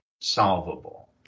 solvable